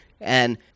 and-